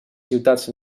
ciutats